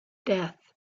death